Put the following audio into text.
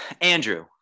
Andrew